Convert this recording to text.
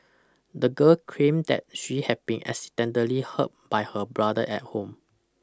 the girl claimed that she had been accidentally hurt by her brother at home